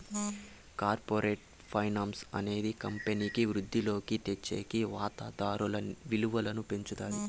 corporate finance అనేది కంపెనీకి వృద్ధిలోకి తెచ్చేకి వాతాదారుల విలువను పెంచుతాది